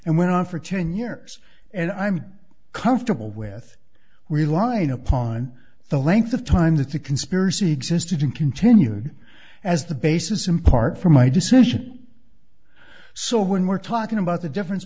and went on for ten years and i'm comfortable with relying upon the length of time that the conspiracy existed and continued as the basis in part for my decision so when we're talking about the difference